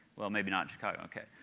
well, maybe not chicago, ok.